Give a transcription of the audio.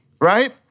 right